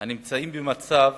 נמצאים במצב